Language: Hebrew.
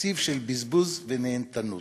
תקציב של בזבוז ונהנתנות.